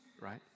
right